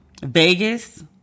Vegas